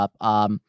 up